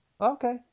okay